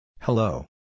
Hello